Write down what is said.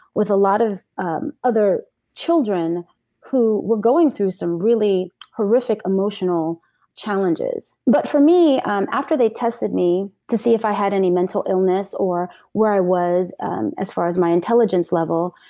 with a lot of other children who were going through some really horrific emotional challenges. but for me after they tested me to see if i had any mental illness or where i was and as far as my intelligence level,